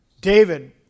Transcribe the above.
David